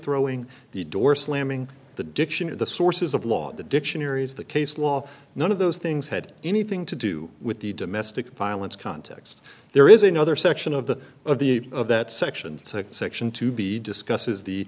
throwing the door slamming the dictionary the sources of law the dictionaries the case law none of those things had anything to do with the domestic violence context there is another section of the of the of that section section two b discuss